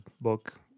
book